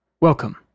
Welcome